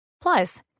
Plus